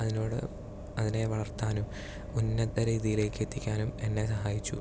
അതിനോട് അതിനെ വളർത്താനും ഉന്നത രീതിയിലേക്ക് എത്തിക്കാനും എന്നെ സഹായിച്ചു